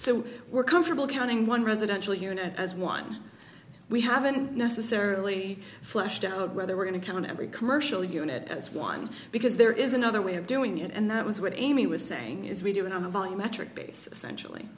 so we're comfortable counting one residential unit as one we haven't necessarily fleshed out whether we're going to count every commercial unit as one because there is another way of doing it and that was what amy was saying is we do not have volumetric bas